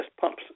pumps